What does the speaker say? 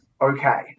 okay